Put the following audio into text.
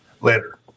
Later